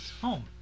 home